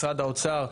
משרד האוצר,